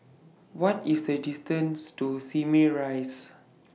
What IS The distance to Simei Rise